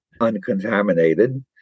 uncontaminated